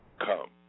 come